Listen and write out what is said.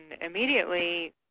immediately